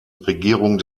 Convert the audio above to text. regierung